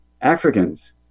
Africans